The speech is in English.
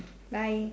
bye